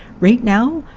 right now,